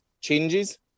changes